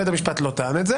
בית המשפט לא טען את זה